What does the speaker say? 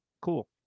Cool